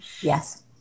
Yes